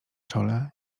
czole